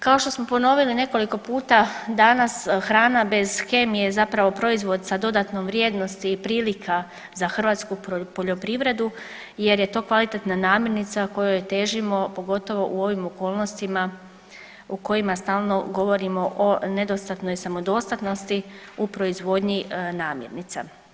Kao što smo ponovili nekoliko puta danas hrana bez kemije je zapravo proizvod sa dodatnom vrijednosti i prilika za hrvatsku poljoprivredu jer je to kvalitetna namirnica kojoj težimo pogotovo u ovim okolnostima u kojima stalno govorimo o nedostatnoj samodostatnosti u proizvodnji namirnica.